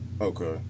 Okay